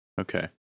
Okay